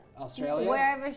Australia